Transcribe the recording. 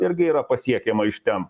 irgi yra pasiekiama iš ten